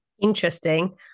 Interesting